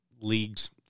leagues